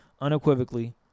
unequivocally